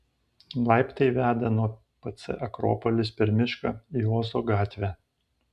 laiptai veda nuo pc akropolis per mišką į ozo gatvę